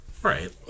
Right